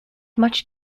much